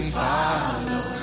follow